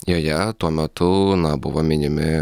joje tuo metu na buvo minimi